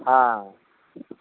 हाँ